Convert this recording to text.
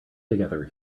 together